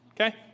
Okay